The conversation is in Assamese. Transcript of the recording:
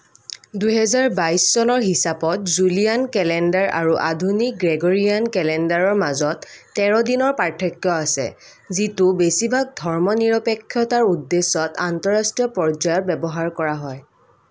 দুহেজাৰ বাইছ চনৰ হিচাপত জুলিয়ান কেলেণ্ডাৰ আৰু আধুনিক গ্ৰেগৰিয়ান কেলেণ্ডাৰৰ মাজত তেৰ দিনৰ পাৰ্থক্য আছে যিটো বেছিভাগ ধৰ্মনিৰপেক্ষতাৰ উদ্দেশ্যত আন্তঃৰাষ্ট্ৰীয় পৰ্যায়ত ব্যৱহাৰ কৰা হয়